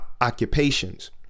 occupations